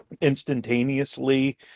Instantaneously